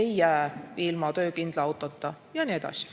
ei jää ilma töökindla autota ja nii edasi.